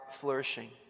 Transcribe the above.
flourishing